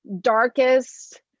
darkest